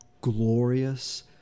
glorious